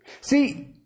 See